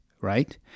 right